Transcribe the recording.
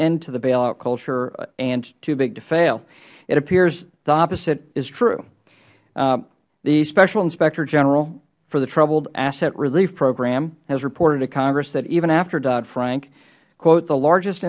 end to the bailout culture and too big to fail it appears the opposite is true the special inspector general for the troubled asset relief program has reported to congress that even after dodd frank the largest